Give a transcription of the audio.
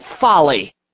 folly